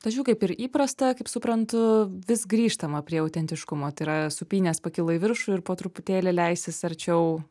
tačiau kaip ir įprasta kaip suprantu vis grįžtama prie autentiškumo tai yra supynės pakilo į viršų ir po truputėlį leistis arčiau